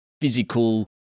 physical